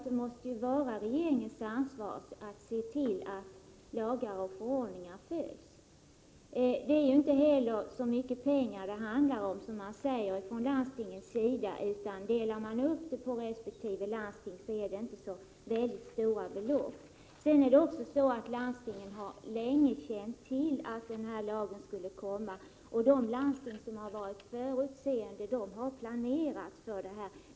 Det måste åligga regeringen att se till att lagar och förordningar följs. Inte heller handlar det om så mycket pengar, som man från landstingens sida vill göra gällande. Delar man upp kostnaderna på resp. landsting är beloppen inte särskilt stora. Landstingen har länge känt till att den nya omsorgslagen skulle införas, och de landsting som varit förutseende har planerat för denna.